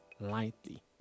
lightly